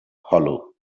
hollow